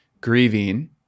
grieving